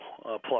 plus